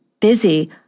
busy